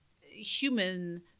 human